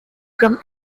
from